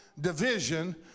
division